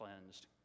cleansed